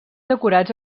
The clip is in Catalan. decorats